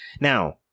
Now